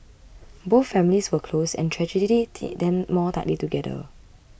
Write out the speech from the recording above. both families were close and tragedy knit them more tightly together